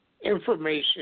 Information